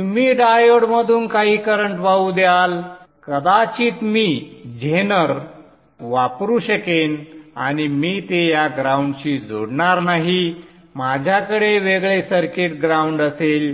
तुम्ही डायोडमधून काही करंट वाहू द्याल कदाचित मी झेनर वापरू शकेन आणि मी ते या ग्राउंडशी जोडणार नाही माझ्याकडे वेगळे सर्किट ग्राउंड असेल